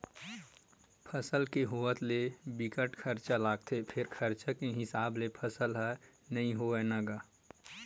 फसल के होवत ले बिकट खरचा लागथे फेर खरचा के हिसाब ले फसल ह नइ होवय न गा